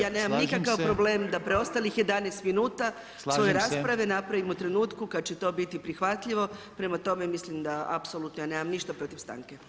Ja nemam nikakav problem da preostalih 11 minuta svoje rasprave, napravim u trenutku kad će to biti prihvatljivo, prema tome da mislim da apsolutno ja nemam ništa protiv stanke.